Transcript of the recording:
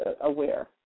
aware